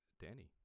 danny